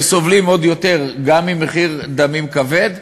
הם סובלים עוד יותר גם ממחיר דמים כבד.